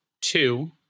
two